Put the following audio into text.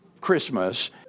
Christmas